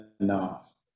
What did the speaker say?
enough